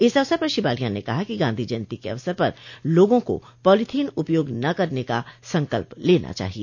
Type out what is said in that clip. इस अवसर पर श्री बालियान ने कहा कि गांधी जयन्ती के अवसर पर लोगों को पॉलीथीन उपयोग न करने का संकल्प लेना चाहिए